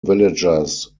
villagers